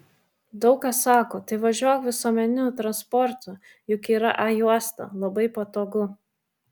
daug kas sako tai važiuok visuomeniniu transportu juk yra a juosta labai patogu